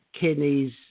kidneys